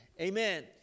amen